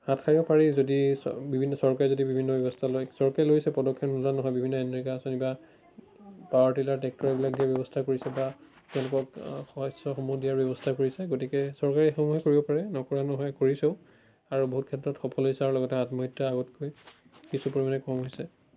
হাত সাৰিব পাৰি যদি চ বিভিন্ন চৰকাৰে যদি বিভিন্ন ব্যৱস্থা লয় চৰকাৰে লৈছে পদক্ষেপ নোলোৱা নহয় বিভিন্ন এনৰেগা আঁচনি বা পাৱাৰ টিলাৰ ট্ৰেক্টৰ এইবিলাক দিয়াৰ ব্যৱস্থা কৰিছে বা তেওঁলোকক শস্যসমূহ দিয়াৰ ব্যৱস্থা কৰিছে গতিকে চৰকাৰে এইসমূহে কৰিব পাৰে নকৰা নহয় কৰিছেও আৰু বহুত ক্ষেত্ৰত সফল হৈছে আৰু লগতে আত্মহত্যা আগতকৈ কিছু পৰিমাণে কম হৈছে